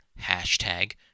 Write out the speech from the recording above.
hashtag